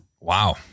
Wow